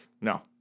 No